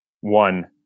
one